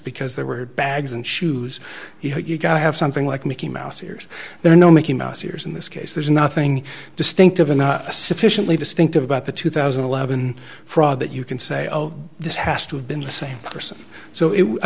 because there were bags and shoes you know you got to have something like mickey mouse ears there are no mickey mouse ears in this case there's nothing distinctive enough sufficiently distinctive about the two thousand and eleven fraud that you can say this has to have been the same person so i